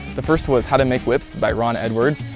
the first was how to make whips by ron edwards.